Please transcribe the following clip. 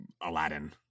Aladdin